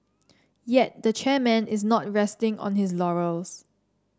yet the chairman is not resting on his laurels